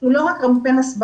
הוא לא רק קמפיין הסברה,